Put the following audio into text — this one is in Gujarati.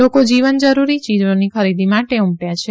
લોકો જીવન જરૂરી ચીજાની ખરીદી માટે ઉમટયા છે